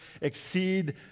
exceed